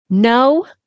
no